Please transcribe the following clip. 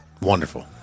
Wonderful